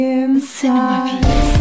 inside